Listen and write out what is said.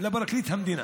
לפרקליט המדינה,